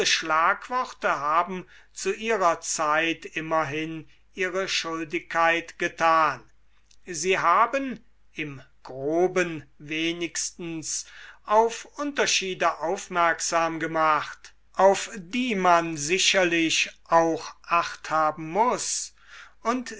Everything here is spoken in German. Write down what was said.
schlagworte haben zu ihrer zeit immerhin ihre schuldigkeit getan sie haben im groben wenigstens auf unterschiede aufmerksam gemacht auf die man sicherlich auch acht haben muß und